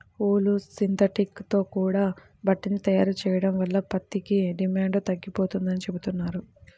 ఊలు, synthetic తో కూడా బట్టని తయారు చెయ్యడం వల్ల పత్తికి డిమాండు తగ్గిపోతందని చెబుతున్నారు